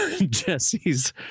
Jesse's